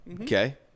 Okay